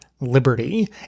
Liberty